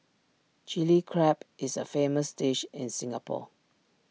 Chilli Crab is A famous dish in Singapore